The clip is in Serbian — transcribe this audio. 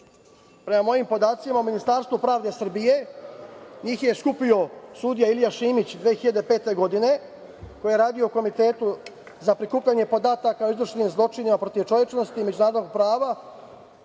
prema mojim podacima, u Ministarstvu pravde Srbije. NJih je skupio sudija Ilija Šimić 2005. godine, koji je radio u Komitetu za prikupljanje podataka o izvršenim zločinima protiv čovečnosti međunarodnog prava